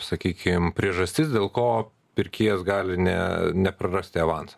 sakykim priežastis dėl ko pirkėjas gali ne neprarasti avanso